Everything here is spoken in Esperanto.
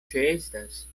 ĉeestas